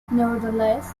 nevertheless